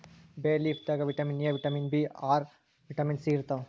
ಬೇ ಲೀಫ್ ದಾಗ್ vitamin A, vitamin B R, vitamin C ಇರ್ತವ್